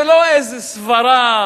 זה לא איזה סברה,